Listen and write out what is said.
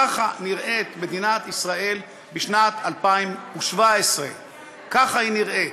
ככה נראית מדינת ישראל בשנת 2017. ככה היא נראית,